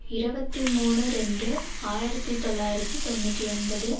இருவத்தி மூணு ரெண்டு ஆயிரத்தி தொள்ளாயிரத்தி தொண்ணூற்றி ஒன்பது